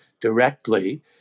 directly